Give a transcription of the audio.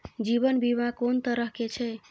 जीवन बीमा कोन तरह के छै?